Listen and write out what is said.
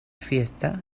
fiesta